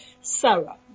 Sarah